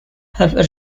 have